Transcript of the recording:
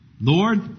Lord